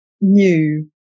new